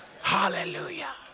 Hallelujah